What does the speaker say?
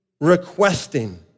requesting